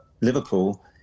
Liverpool